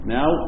Now